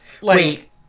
Wait